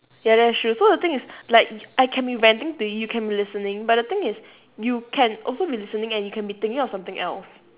ya that's true so the thing is like I can be ranting to you you can be listening but the thing is you can also be listening and you can be thinking of something else